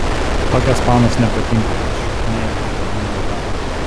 tokios panos nepatinka nes šokinėja prie bernų dėl babkių